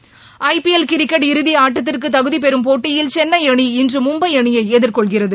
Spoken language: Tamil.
விளையாட்டுச் செய்தி ஐபிஎல் கிரிக்கெட் இறுதி ஆட்டத்திற்கு தகுதிபெறும் போட்டியில் சென்னை அணி இன்று மும்பை அணியை எதிர்கொள்கிறது